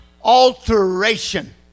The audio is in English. alteration